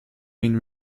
been